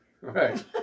Right